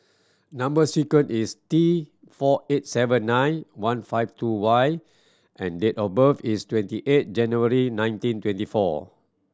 number sequence is T four eight seven nine one five two Y and date of birth is twenty eight January nineteen twenty four